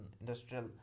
industrial